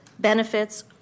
benefits